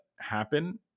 happen